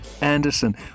Anderson